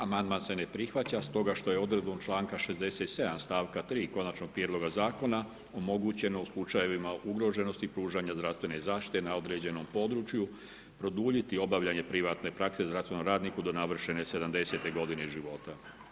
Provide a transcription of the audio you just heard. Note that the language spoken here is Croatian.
Amandman se ne prihvaća stoga što je odredbom članka 67. stavka 3. konačnog prijedloga zakona omogućeno u slučajevima ugroženosti pružanja zdravstvene zaštite na određenom području produljiti obavljanje privatne prakse zdravstvenom radniku do navršene 70.-te godine života.